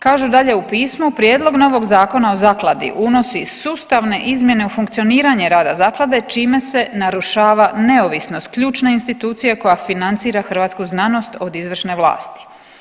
Kažu dalje u pismu, Prijedlog novog zakona o zakladi unosi sustavne izmjene u funkcioniranje rada zaklade čime se narušava neovisnost ključne institucije koja financira hrvatsku znanost od izvršne vlasti.